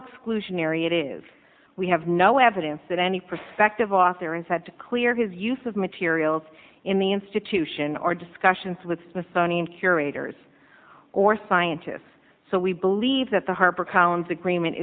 exclusionary it is we have no evidence that any prospective author is that clear his use of materials in the institution or discussions with smithsonian curators or scientists so we believe that the harper collins agreement